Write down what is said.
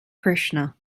krishna